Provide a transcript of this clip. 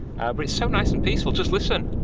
but it's so nice and peaceful, just listen.